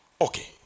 Okay